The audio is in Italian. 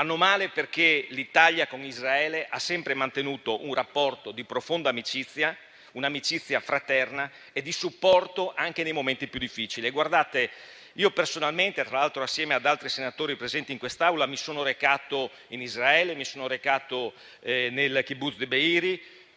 fanno male, perché l'Italia con Israele ha sempre mantenuto un rapporto di profonda amicizia, un'amicizia fraterna e di supporto, anche nei momenti più difficili. Io personalmente - tra l'altro assieme ad altri senatori presenti in quest'Aula - mi sono recato in Israele e nel kibbutz di Be'eri,